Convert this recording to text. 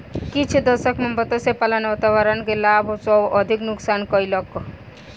किछ दशक में मत्स्य पालन वातावरण के लाभ सॅ अधिक नुक्सान कयलक